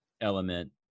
element